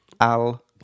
al